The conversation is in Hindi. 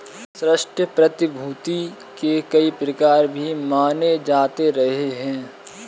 ऋण प्रतिभूती के कई प्रकार भी माने जाते रहे हैं